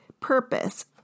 purpose